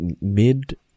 mid